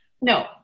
No